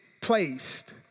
placed